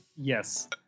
Yes